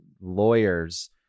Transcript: lawyers